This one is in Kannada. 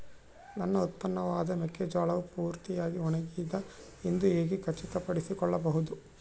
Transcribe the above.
ನನ್ನ ಉತ್ಪನ್ನವಾದ ಮೆಕ್ಕೆಜೋಳವು ಪೂರ್ತಿಯಾಗಿ ಒಣಗಿದೆ ಎಂದು ಹೇಗೆ ಖಚಿತಪಡಿಸಿಕೊಳ್ಳಬಹುದು?